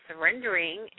surrendering